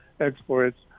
Exports